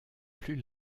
plus